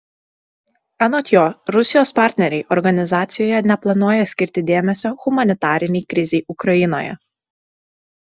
anot jo rusijos partneriai organizacijoje neplanuoja skirti dėmesio humanitarinei krizei ukrainoje